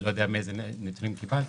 אני לא יודע איזה נתונים קיבלת,